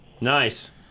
Nice